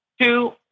Two-